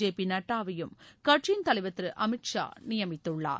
J P நட்டாவையும் கட்சியின் தலைவர் திரு அமித்ஷா நியமித்துள்ளார்